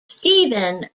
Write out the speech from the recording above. stephen